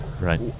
Right